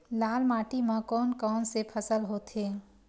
लाल माटी म कोन कौन से फसल होथे?